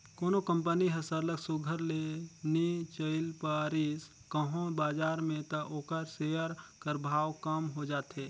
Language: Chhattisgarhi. कोनो कंपनी हर सरलग सुग्घर ले नी चइल पारिस कहों बजार में त ओकर सेयर कर भाव कम हो जाथे